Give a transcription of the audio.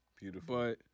beautiful